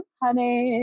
honey